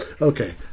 okay